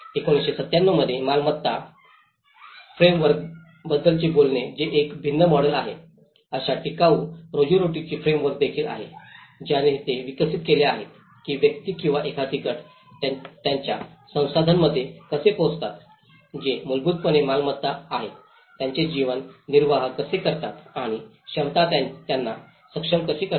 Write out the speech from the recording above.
1997 मध्ये मालमत्ता फ्रेमवर्क बद्दलचे बोलणे हे एक भिन्न मॉडेल आहे अशा टिकाऊ रोजीरोटीची फ्रेमवर्क देखील आहे ज्याने ते विकसित केले आहेत की व्यक्ती किंवा एखादे गट त्यांच्या संसाधनांमध्ये कसे पोचतात जे मूलभूतपणे मालमत्ता आहेत त्यांचे जीवन निर्वाह कसे करतात आणि क्षमता त्यांना सक्षम कसे करते